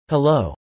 Hello